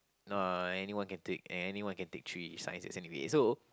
no anyone can take anyone can take three Sciences anyway so